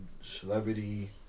celebrity